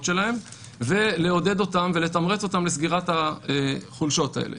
שלהם ולעודד אותם ולתמרץ אותם לסגירת החולשות האלה.